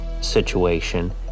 situation